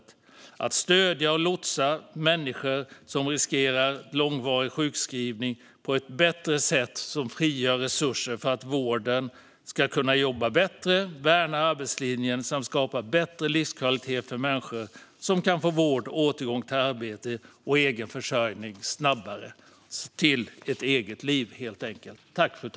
Det handlar om att stödja och lotsa människor som riskerar långvarig sjukskrivning på ett bättre sätt, som frigör resurser för att vården ska kunna jobba bättre, värna arbetslinjen, skapa bättre livskvalitet samt möjliggöra vård och återgång till arbete och egen försörjning snabbare - ett eget liv, helt enkelt.